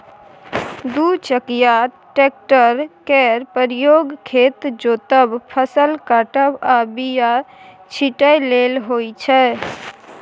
दु चकिया टेक्टर केर प्रयोग खेत जोतब, फसल काटब आ बीया छिटय लेल होइ छै